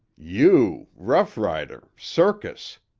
you rough-rider circus!